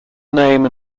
name